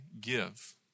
give